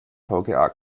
vga